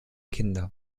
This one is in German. kinder